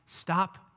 stop